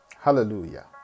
Hallelujah